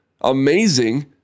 amazing